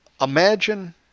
Imagine